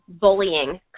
bullying